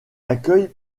accueille